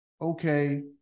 okay